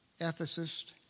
ethicist